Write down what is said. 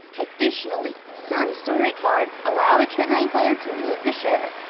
additionally, some story cards allow the triggering player to move the sheriff.